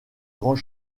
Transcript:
grands